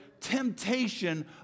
temptation